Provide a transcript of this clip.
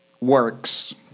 works